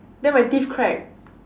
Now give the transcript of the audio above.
then my teeth crack